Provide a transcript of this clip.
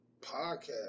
Podcast